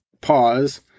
pause